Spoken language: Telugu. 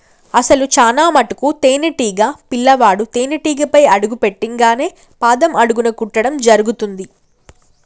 అసలు చానా మటుకు తేనీటీగ పిల్లవాడు తేనేటీగపై అడుగు పెట్టింగానే పాదం అడుగున కుట్టడం జరుగుతుంది